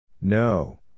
No